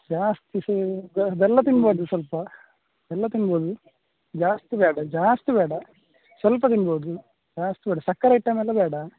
ಜಾಸ್ತಿ ಸಹ ಬೆಲ್ಲ ತಿನ್ಬೌದು ಸ್ವಲ್ಪ ಬೆಲ್ಲ ತಿನ್ಬೌದು ಜಾಸ್ತಿ ಬೇಡ ಜಾಸ್ತಿ ಬೇಡ ಸ್ವಲ್ಪ ತಿನ್ಬೌದು ಜಾಸ್ತಿ ಬೇಡ ಸಕ್ಕರೆ ಐಟಮ್ ಎಲ್ಲ ಬೇಡ